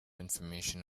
information